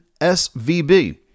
SVB